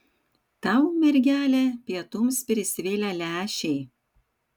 tau mergele pietums prisvilę lęšiai